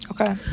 Okay